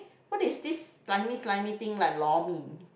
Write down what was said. what is this slimy slimy thing like lor mee